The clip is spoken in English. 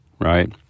right